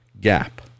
gap